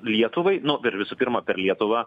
lietuvai nu visų pirma per lietuvą